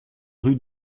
rue